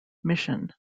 mission